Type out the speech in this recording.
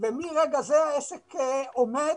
ומרגע זה העסק עומד,